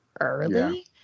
early